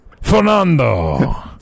Fernando